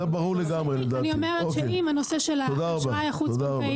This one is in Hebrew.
אני אומרת שאם הנושא של האשראי החוץ בנקאי